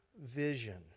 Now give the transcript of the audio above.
vision